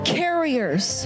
carriers